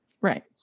Right